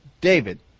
David